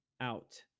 out